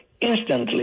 instantly